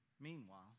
Meanwhile